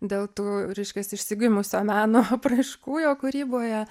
dėl tų reiškias išsigimusio meno apraiškų jo kūryboje